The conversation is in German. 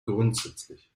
grundsätzlich